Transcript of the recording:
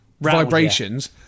vibrations